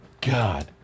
God